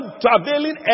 traveling